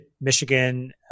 Michigan